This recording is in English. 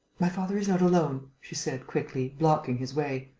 my father is not alone, she said, quickly, blocking his way.